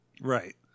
right